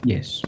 Yes